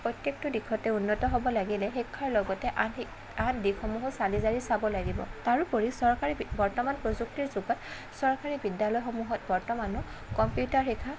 প্ৰত্যেকটো দিশতে উন্নত হ'ব লাগিলে শিক্ষাৰ লগতে আন শিক আন দিশসমূহো চালি জাৰি চাব লাগিব তাৰোপৰি চৰকাৰী বৰ্তমান প্ৰযুক্তিৰ যুগত চৰকাৰী বিদ্যালয়সমূহত বৰ্তমানো কম্পিউটাৰ শিক্ষা